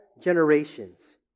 generations